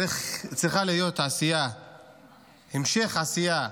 צריך להיות המשך עשייה,